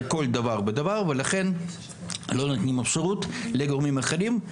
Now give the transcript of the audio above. כל דבר ודבר ולכן לא נותנים אפשרות לגורמים אחרים.